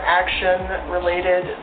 action-related